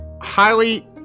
highly